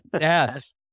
Yes